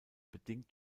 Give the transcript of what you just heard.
bedingt